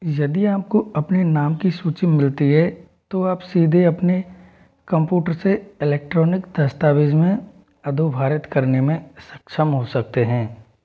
यदि आपको अपने नाम की सूची मिलती है तो आप सीधे अपने कंप्यूटर से इलेक्ट्रॉनिक दस्तावेज़ में अधोभारित करने में सक्षम हो सकते हैं